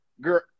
Girl